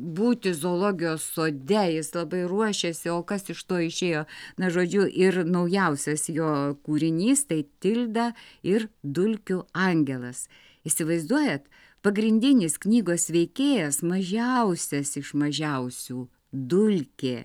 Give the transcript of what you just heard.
būti zoologijos sode jis labai ruošėsi o kas iš to išėjo na žodžiu ir naujausias jo kūrinys tai tilda ir dulkių angelas įsivaizduojat pagrindinis knygos veikėjas mažiausias iš mažiausių dulkė